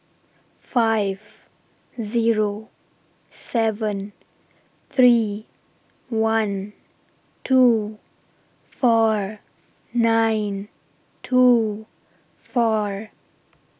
five Zero seven three one two four nine two four